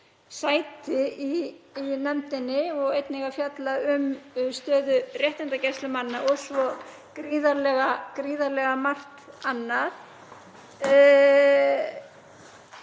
sæti í nefndinni og einnig að fjalla um stöðu réttindagæslumanna og svo gríðarlega margt annað.